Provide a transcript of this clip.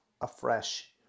afresh